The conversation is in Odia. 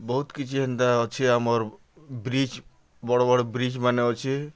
ବହୁତ୍ କିଛି ହେନ୍ତା ଅଛେ ଆମର୍ ବ୍ରିଜ୍ ବଡ଼୍ ବଡ଼୍ ବ୍ରିଜ୍ମାନେ ଅଛେ